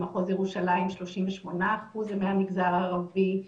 במחוז ירושלים 38% הם מהמגזר הערבי,